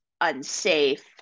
unsafe